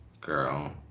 girl—